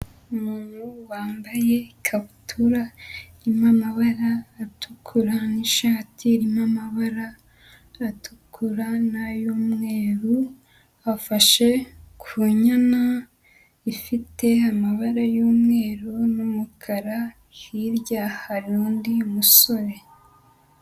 Umuntu wambaye ikabutura irimo amabara atukura n'ishati irimo amabara atukura nay'umweru, afashe ku nyana ifite amabara y'umweru n'umukara hirya hari undi musore.